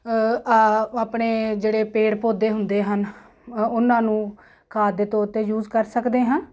ਆ ਆਪਣੇ ਜਿਹੜੇ ਪੇੜ ਪੌਦੇ ਹੁੰਦੇ ਹਨ ਉਹਨਾਂ ਨੂੰ ਖਾਦ ਦੇ ਤੌਰ 'ਤੇ ਯੂਜ ਕਰ ਸਕਦੇ ਹਾਂ